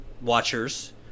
watchers